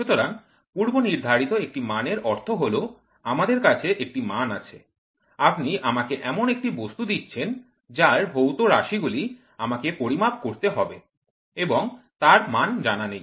সুতরাং পূর্বনির্ধারিত একটি মান এর অর্থ হল আমার কাছে একটি মান আছে আপনি আমাকে এমন একটি বস্তু দিচ্ছেন যার ভৌত রাশিগুলি আমাকে পরিমাপ করতে হবে এবং তার মান জানা নেই